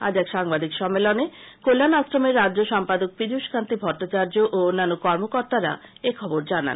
আজ এক সাংবাদিক সম্মেলনে কল্যাণ আশ্রমের রাজ্য সম্পাদক পিযুষ কান্তি ভট্টাচার্য ও অন্যান্য কর্মকর্তারা এই খবর জানান